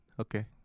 Okay